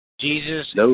Jesus